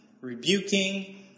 rebuking